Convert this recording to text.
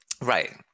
right